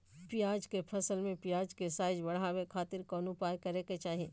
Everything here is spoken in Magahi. प्याज के फसल में प्याज के साइज बढ़ावे खातिर कौन उपाय करे के चाही?